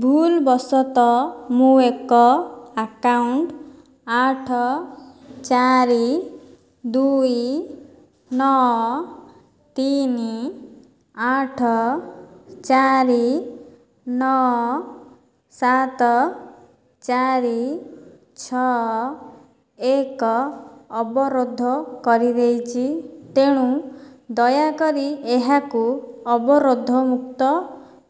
ଭୁଲବଶତଃ ମୁଁ ଏକ ଆକାଉଣ୍ଟ୍ ଆଠ ଚାରି ଦୁଇ ନଅ ତିନି ଆଠ ଚାରି ନଅ ସାତ ଚାରି ଛଅ ଏକ ଅବରୋଧ କରିଦେଇଛି ତେଣୁ ଦୟାକରି ଏହାକୁ ଅବରୋଧମୁକ୍ତ